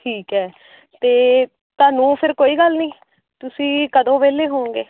ਠੀਕ ਹੈ ਅਤੇ ਤੁਹਾਨੂੰ ਫਿਰ ਕੋਈ ਗੱਲ ਨਹੀਂ ਤੁਸੀਂ ਕਦੋਂ ਵਿਹਲੇ ਹੋਓਂਗੇ